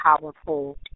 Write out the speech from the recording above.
powerful